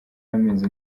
y’amezi